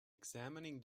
examining